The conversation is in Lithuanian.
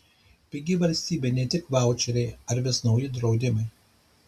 pigi valstybė ne tik vaučeriai ar vis nauji draudimai